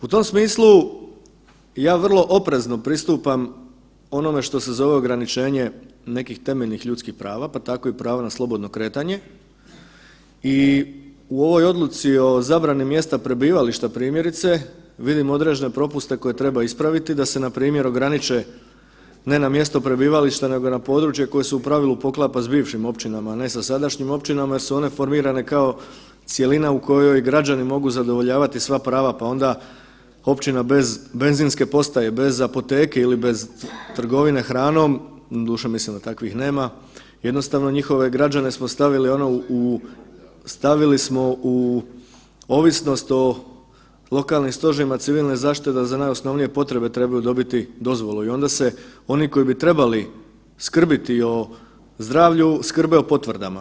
U tom smislu ja vrlo oprezno pristupam onome što se zove ograničenje nekih temeljnih ljudskih prava, pa tako i prava na slobodno kretanje i u ovoj odluci o zabrani mjesta prebivališta primjerice, vidim određene propuste koje treba ispraviti da se npr. ograniče ne na mjesto prebivališta nego na područje koje se u pravilu poklapa s bivšim općinama, a ne sa sadašnjim općinama jer su one formirane kao cjelina u kojoj građani mogu zadovoljavati sva prava pa onda općina bez benzinske postaje, bez apoteke ili bez trgovine hranom, doduše mislim da takvih nema, jednostavno njihove građane smo stavili u ovisnost o lokalnim stožerima civilne zaštite da za najosnovnije potrebe trebaju dobiti dozvolu i onda se oni koji bi trebali skrbiti o zdravlju skrbe o potvrdama.